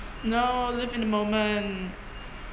no live in the moment